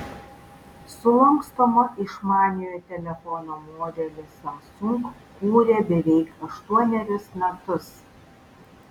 sulankstomą išmaniojo telefono modelį samsung kūrė beveik aštuonerius metus